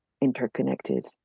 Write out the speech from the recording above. interconnected